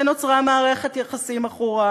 ונוצרה מערכת יחסים עכורה,